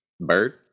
bird